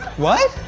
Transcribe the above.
what?